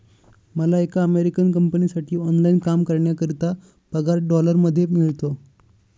मला एका अमेरिकन कंपनीसाठी ऑनलाइन काम करण्याकरिता पगार डॉलर मध्ये मिळतो